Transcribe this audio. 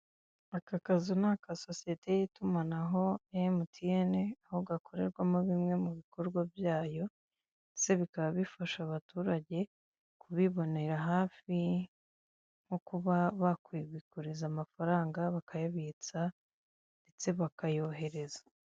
Aka kazu ni aka sosiyete y'itumanaho ya emutiyene, aho gakorerwamo bimwe mu bikorwa byayo ndetse bikaba bifasha abaturage kubibonera hafi, nko kuba bakwibikuriza amafaranga bakayabitsa ndetse bakayohereza.